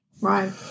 right